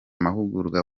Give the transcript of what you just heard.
mahugurwa